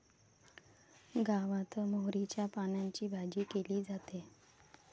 गावात मोहरीच्या पानांची भाजी केली जाते